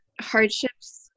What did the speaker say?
hardships